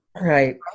Right